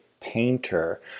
painter